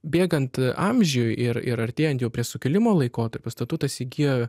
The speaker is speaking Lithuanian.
bėgant amžiui ir ir artėjant jau prie sukilimo laikotarpio statutas įgijo